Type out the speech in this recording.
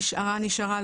נשארה נשארה,